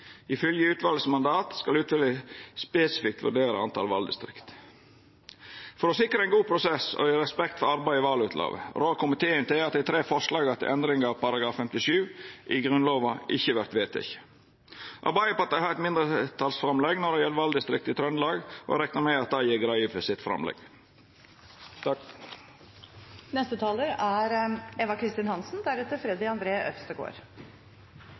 Ifylgje mandatet til utvalet skal ein spesifikt vurdera talet på valdistrikt. For å sikra ein god prosess – og i respekt for arbeidet i vallovutvalet – rår komiteen til at dei tre forslaga til endring av § 57 i Grunnlova ikkje vert vedtekne. Arbeidarpartiet har eit mindretalsframlegg når det gjeld valdistrikt i Trøndelag, og eg reknar med at dei gjer greie for